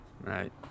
Right